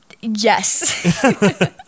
Yes